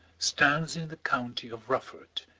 stands in the county of rufford,